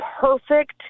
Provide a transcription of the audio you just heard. perfect